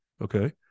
Okay